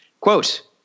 Quote